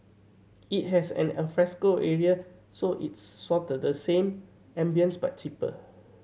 it has an alfresco area so it's sorta the same ambience but cheaper